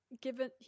given